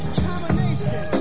combination